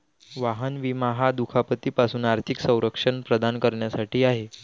वाहन विमा हा दुखापती पासून आर्थिक संरक्षण प्रदान करण्यासाठी आहे